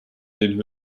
den